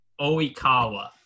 Oikawa